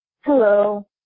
Hello